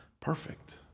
perfect